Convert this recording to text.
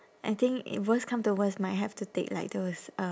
I think if worst come to worst might have to take like those uh